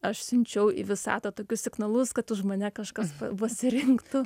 aš siunčiau į visatą tokius signalus kad už mane kažkas pa pasirinktų